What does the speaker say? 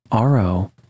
ro